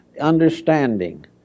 understanding